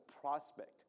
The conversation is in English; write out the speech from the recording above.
prospect